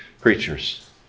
creatures